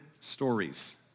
stories